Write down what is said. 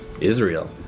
Israel